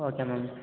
okay ma'am